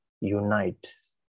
unites